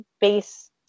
base